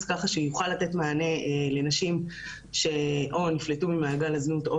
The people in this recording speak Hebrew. שיוכל לתת מענה לנשים שנפלטו ממעגל הזנות או